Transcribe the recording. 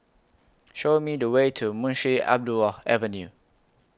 Show Me The Way to Munshi Abdullah Avenue